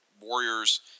warriors